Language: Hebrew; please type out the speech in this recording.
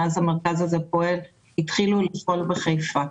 מאז המרכז הזה פועל, התחילו לפעול בחיפה.